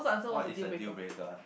what is a deal breaker